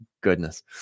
goodness